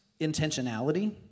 intentionality